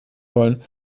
wollen